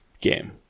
game